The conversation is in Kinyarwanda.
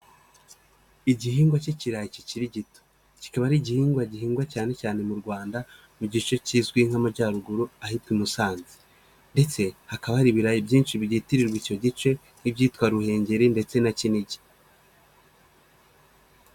Igihingwa cy'ikirarayi kikiri gito, kikaba ari igihingwa gihingwa cyane cyane mu Rwanda mu gice kizwi nk'amajyaruguru, ahitwa i Musanze, ndetse hakaba hari ibirayi byinshi byitirirwa icyo gice, byitwa Ruhengeri ndetse na Kinigi.